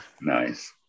Nice